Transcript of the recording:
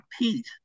repeat